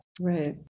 Right